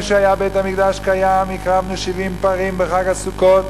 כשהיה בית-המקדש קיים הקרבנו 70 פרים בחג הסוכות,